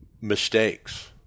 mistakes